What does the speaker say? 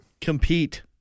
Compete